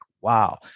wow